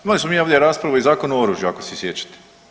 Imali smo mi ovdje raspravu i o Zakonu o oružju ako se sjećate.